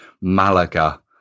Malaga